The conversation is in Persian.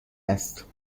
است